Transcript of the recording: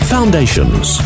Foundations